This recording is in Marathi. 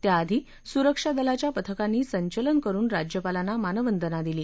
त्याआधी सुरक्षा दलांच्या पथकांनी संचलन करुन राज्यपालांना मानवंदना दिली